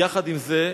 יחד עם זה,